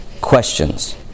questions